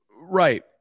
Right